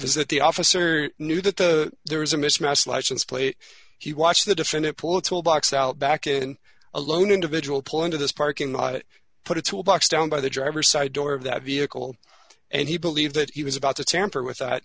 is that the officer knew that the there was a mismatch license plate he watched the defendant political box out back in a lone individual pull into this parking lot put a tool box down by the driver's side door of that vehicle and he believed that he was about to tamper with